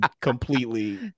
completely